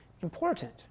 important